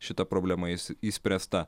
šita problema is išspręsta